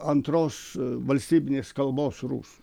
antros valstybinės kalbos rusų